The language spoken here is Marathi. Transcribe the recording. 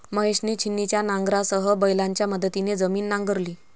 महेशने छिन्नीच्या नांगरासह बैलांच्या मदतीने जमीन नांगरली